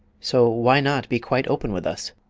so why not be quite open with us?